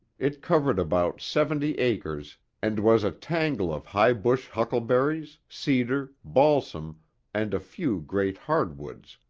it covered about seventy acres and was a tangle of high bush huckleberries, cedar, balsam and a few great hardwoods,